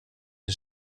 een